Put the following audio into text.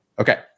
Okay